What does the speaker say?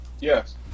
Yes